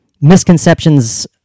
misconceptions